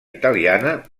italiana